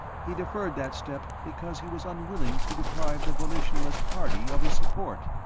he deferred that step because he was unwilling to deprive the volitionalist party of his support.